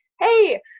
hey